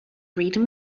read